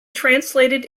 translated